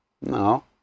No